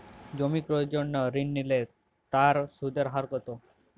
জমি ক্রয়ের জন্য ঋণ নিলে তার সুদের হার কতো?